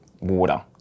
water